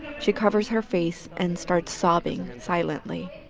she covers her face and starts sobbing silently.